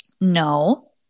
no